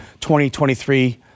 2023